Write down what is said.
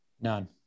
None